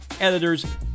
editors